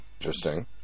Interesting